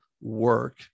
work